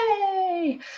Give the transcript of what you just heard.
yay